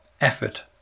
effort